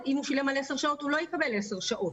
אם הוא שילם על עשר שעות הוא לא יקבל עשר שעות.